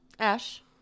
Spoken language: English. ash